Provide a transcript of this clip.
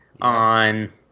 on